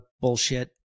bullshit